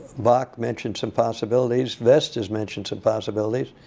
bok mentioned some possibilities. vest has mentioned some possibilities.